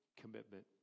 commitment